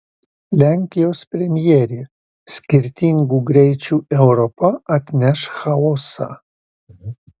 lenkijos premjerė skirtingų greičių europa atneš chaosą